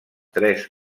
tres